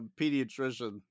pediatrician